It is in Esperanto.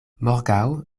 morgaŭ